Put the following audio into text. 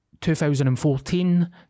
2014